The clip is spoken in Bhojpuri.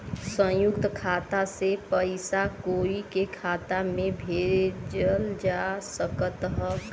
संयुक्त खाता से पयिसा कोई के खाता में भेजल जा सकत ह का?